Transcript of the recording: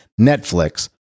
Netflix